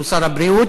שהוא שר הבריאות,